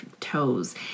toes